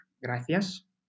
gracias